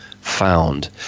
found